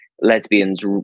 lesbians